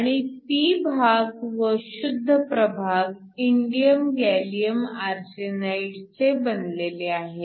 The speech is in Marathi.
आणि p भाग व शुद्ध प्रभाग इंडियम गॅलीअम आर्सेनाईडचे बनलेले आहेत